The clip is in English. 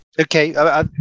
okay